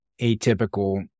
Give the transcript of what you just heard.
atypical